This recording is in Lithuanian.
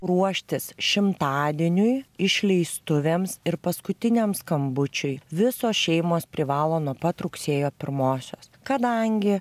ruoštis šimtadieniui išleistuvėms ir paskutiniam skambučiui visos šeimos privalo nuo pat rugsėjo pirmosios kadangi